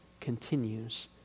continues